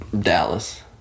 Dallas